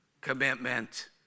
commitment